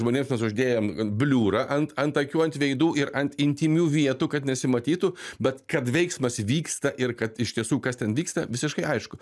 žmonėms mes uždėjom bliūrą ant ant akių ant veidų ir ant intymių vietų kad nesimatytų bet kad veiksmas vyksta ir kad iš tiesų kas ten vyksta visiškai aišku